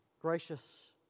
gracious